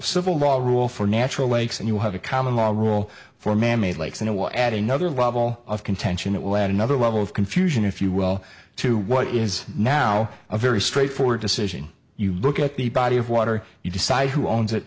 civil war rule for natural lakes and you have a common law rule for manmade lakes and a wall at another level of contention that will add another level of confusion if you will to what is now a very straightforward decision you look at the body of water you decide who owns it